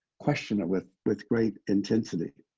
questioner with with great intensity.